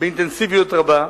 באינטנסיביות רבה,